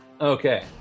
Okay